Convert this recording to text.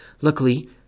Luckily